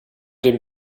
den